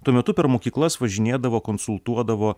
tuo metu per mokyklas važinėdavo konsultuodavo